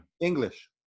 English